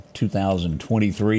2023